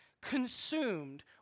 consumed